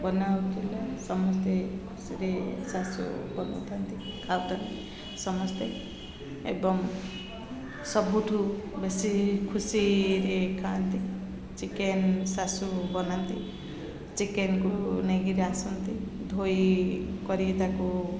ବନାଉଥିଲେ ସମସ୍ତେ ଖୁସିରେ ଶାଶୁ ବନାଉଥାନ୍ତି ଖାଉଥାନ୍ତି ସମସ୍ତେ ଏବଂ ସବୁଠୁ ବେଶୀ ଖୁସିରେ ଖାଆନ୍ତି ଚିକେନ୍ ଶାଶୁ ବନାନ୍ତି ଚିକେନ୍କୁ ନେଇକିରି ଆସନ୍ତି ଧୋଇ କରି ତା'କୁ